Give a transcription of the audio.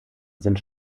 sind